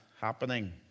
happening